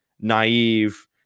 naive